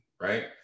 right